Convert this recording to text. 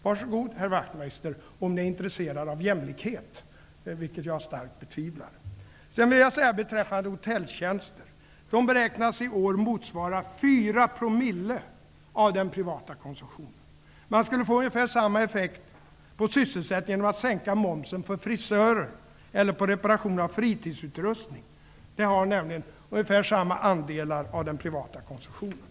Var så god, Ian Wachtmeister, om ni är intresserad av jämlikhet, vilket jag starkt betvivlar. Beträffande hotelltjänster beräknas de i år att motsvara 4 promille av den privata konsumtionen. Effekten på sysselsättningen skulle bli ungefär densamma om man sänkte momsen för frisörer eller på reparation av fritidsutrustning. Dessa tjänster utgör nämligen lika stora andelar av den privata konsumtionen.